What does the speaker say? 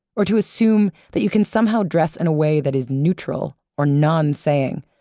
or to assume that you can somehow dress in a way that is neutral or non-saying,